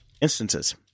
instances